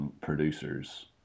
Producers